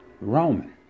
Roman